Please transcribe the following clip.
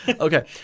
Okay